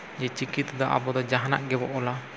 ᱡᱮ ᱪᱤᱠᱤ ᱛᱮᱫᱚ ᱟᱵᱚᱫᱚ ᱡᱟᱦᱟᱱᱟᱜ ᱜᱮᱵᱚᱱ ᱚᱞᱟ